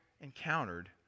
encountered